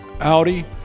Audi